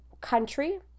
country